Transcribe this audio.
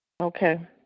Okay